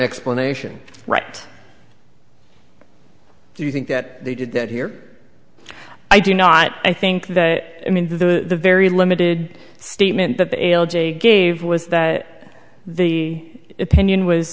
explanation right do you think that they did that here i do not i think that i mean the very limited statement that they gave was that the opinion was